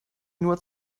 nur